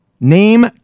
Name